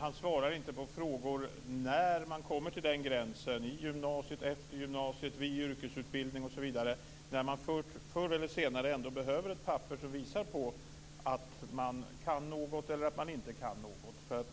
Han svarar inte på frågan om när man når gränsen, i gymnasiet, efter gymnasiet, vid yrkesutbildning osv., där man förr eller senare behöver ett papper som visar att man kan eller inte kan något.